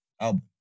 album